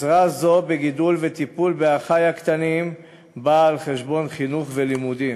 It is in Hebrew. עזרה זו בגידול ובטיפול באחי הקטנים באה על חשבון חינוך ולימודים,